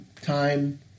time